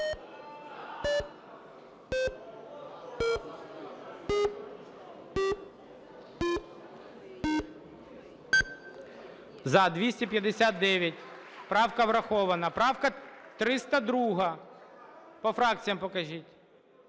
За-259 Правка врахована. Правка 302. По фракціям покажіть.